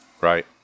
Right